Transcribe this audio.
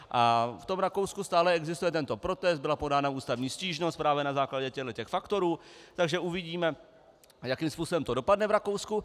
A v tom Rakousku stále existuje tento protest, byla podána ústavní stížnost právě na základě těchto faktorů, takže uvidíme, jakým způsobem to dopadne v Rakousku.